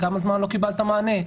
כמה זמן לא קיבלת מענה?